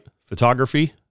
photography